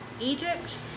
Egypt